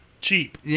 cheap